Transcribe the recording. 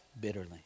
bitterly